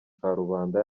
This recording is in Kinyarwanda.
karubanda